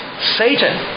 Satan